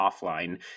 offline